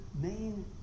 main